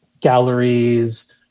galleries